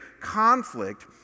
conflict